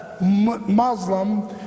Muslim